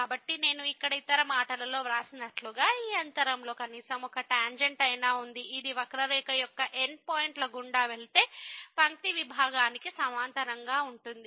కాబట్టి నేను ఇక్కడ ఇతర మాటలలో వ్రాసినట్లుగా ఈ అంతరం లో కనీసం ఒక టాంజెంట్ అయినా ఉంది ఇది వక్రరేఖ యొక్క ఎండ్ పాయింట్ల గుండా వెళ్ళే పంక్తి విభాగానికి సమాంతరంగా ఉంటుంది